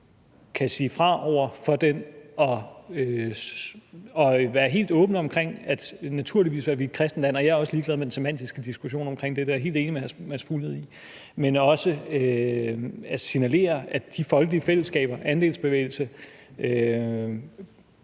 kan sige fra over for den og være helt åbne om, at vi naturligvis er et kristent land. Jeg er også ligeglad med den semantiske diskussion om det, og jeg er helt enig med hr. Mads Fuglede i det, men også i at signalere, at de folkelige fællesskaber – andelsbevægelsen,